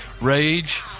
Rage